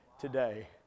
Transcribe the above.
today